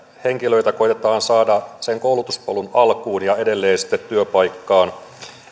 henkilöitä koetetaan saada koulutuspolun alkuun ja edelleen sitten työpaikkaan